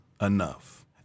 enough